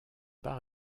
pas